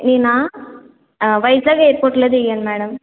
నేనా వైజాగ్ ఎయిర్పోర్ట్లో దిగాను మేడం